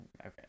Okay